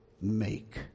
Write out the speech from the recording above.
make